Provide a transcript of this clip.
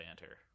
banter